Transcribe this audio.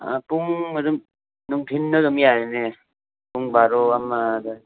ꯑꯥ ꯄꯨꯡ ꯑꯗꯨꯝ ꯅꯨꯡꯊꯤꯟꯗ ꯑꯗꯨꯝ ꯌꯥꯔꯦꯅꯦ ꯄꯨꯡ ꯕꯥꯔꯣ ꯑꯃ ꯑꯗꯥꯏꯗ